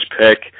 pick